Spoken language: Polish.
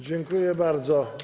Dziękuję bardzo.